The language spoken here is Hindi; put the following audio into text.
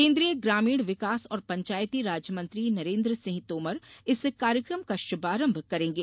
केन्द्रीय ग्रामीण विकास और पंचायती राज मंत्री नरेन्द्र सिंह तोमर इस कार्यकम को शुभारंभ करेंगे